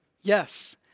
Yes